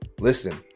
Listen